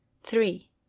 Three